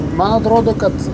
man atrodo kad